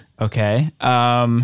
okay